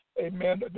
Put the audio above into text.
amen